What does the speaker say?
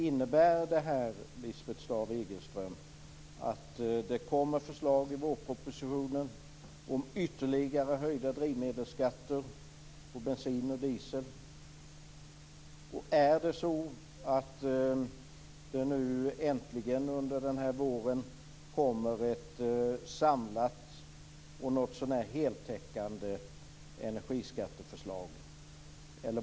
Innebär detta, Lisbeth Staaf-Igelström, att det kommer förslag i vårpropositionen om ytterligare höjda skatter på drivmedel, på bensin och diesel? Kommer det äntligen under våren ett samlat och något så när heltäckande energiskatteförslag?